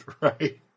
right